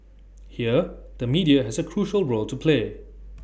here the media has A crucial role to play